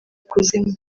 kuzima